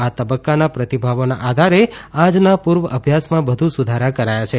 આ તબકકાના પ્રતિભાવોના આધારે આજના પુર્વાભ્યાસમાં વધુ સુધારા કરાયા છે